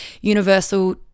universal